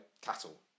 cattle